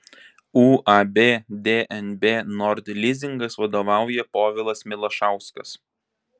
uab dnb nord lizingas vadovauja povilas milašauskas